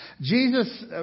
Jesus